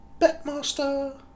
Betmaster